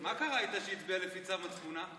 מה קרה איתה כשהיא הצביעה לפי צו מצפונה?